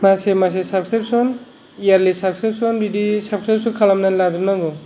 मासै मासै साब्सक्रिपसन यारलि साब्सक्रिपसन बिदि साब्सक्रिपसन खालामनानै लाजोबनांगौ